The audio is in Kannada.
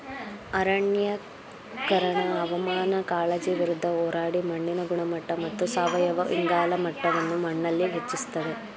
ಅರಣ್ಯೀಕರಣ ಹವಾಮಾನ ಕಾಳಜಿ ವಿರುದ್ಧ ಹೋರಾಡಿ ಮಣ್ಣಿನ ಗುಣಮಟ್ಟ ಮತ್ತು ಸಾವಯವ ಇಂಗಾಲ ಮಟ್ಟವನ್ನು ಮಣ್ಣಲ್ಲಿ ಹೆಚ್ಚಿಸ್ತದೆ